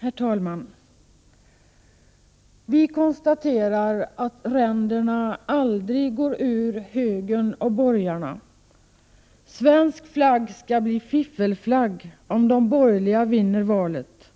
Herr talman! ”Vi konstaterar att ränderna aldrig går ur högern och borgarna. Svensk flagg blir en fiffelflagg om de borgerliga vinner valet. 67